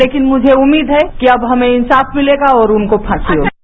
लेकिन मुझे उम्मीद है कि अब हमें इसाफ मिलेगा और उनको फासी होगी